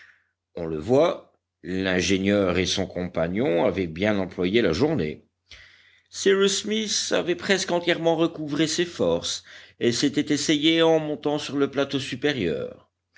on le voit l'ingénieur et son compagnon avaient bien employé la journée cyrus smith avait presque entièrement recouvré ses forces et s'était essayé en montant sur le plateau supérieur